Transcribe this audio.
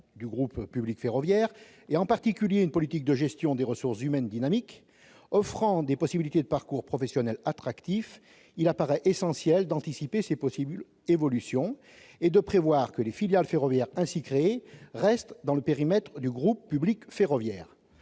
du groupe public ferroviaire, en particulier une politique de gestion des ressources humaines dynamique, offrant des possibilités de parcours professionnels attractifs, il apparaît essentiel d'anticiper ces possibles évolutions, et de prévoir que les filiales ferroviaires ainsi créées restent dans le périmètre du groupe public ferroviaire.